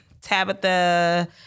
Tabitha